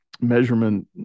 measurement